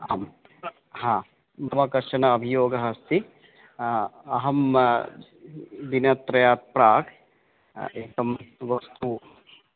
आं हा मम कश्चन अभियोगः अस्ति अहं दिनत्रयात् प्राक् एकं वस्तु